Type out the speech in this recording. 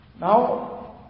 Now